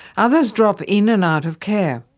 others drop in and out of care.